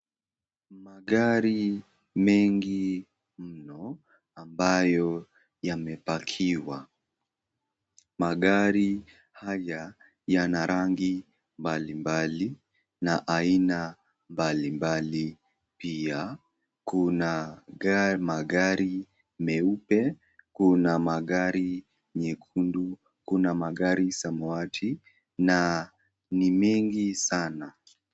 Magari mengi mno ambayo yamepakiwa. Magari haya yana rangi mbalimbali na aina mbalimbali pia kuna gari magari kuna magari meupe, kuna magari nyekundu, kuna magari samawati na ni mingi sana.